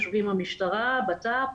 יושבים עם המשטרה, ביטחון פנים.